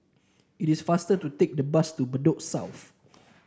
it is faster to take the bus to Bedok South